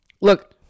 Look